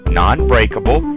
non-breakable